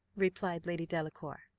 replied lady delacour.